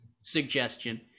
suggestion